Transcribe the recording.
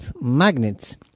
magnets